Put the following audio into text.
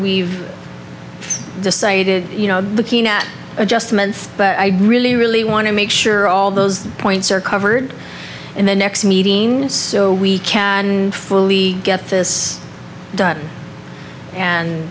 we've decided you know looking at adjustments but i really really want to make sure all those points are covered in the next meeting so we can fully get this done and